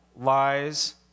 lies